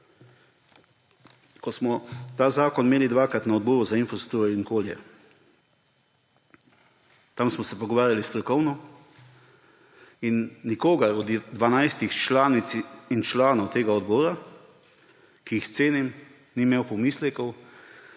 Ko smo ta zakon imeli dvakrat na Odboru za infrastrukturo, okolje in prostor, tam smo se pogovarjali strokovno in nihče od 12 članic in članov tega odbora, ki jih cenim, ni imel pomislekov,